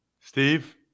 Steve